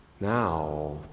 Now